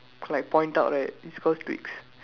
like point out right it's call twigs